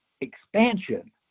expansion